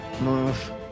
move